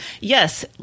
Yes